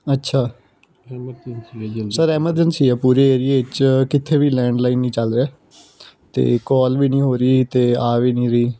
ਅੱਛਾ sir emergency ਆ ਪੂਰੇ ਏਰੀਏ 'ਚ ਕਿੱਥੇ ਵੀ ਲੈਂਡਲਾਈਨ ਨਹੀਂ ਚੱਲ ਰਿਹਾ ਅਤੇ ਕਾਲ ਵੀ ਨਹੀਂ ਹੋ ਰਹੀ ਅਤੇ ਆ ਵੀ ਨਹੀਂ ਰਹੀ